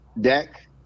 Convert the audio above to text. deck